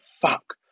fuck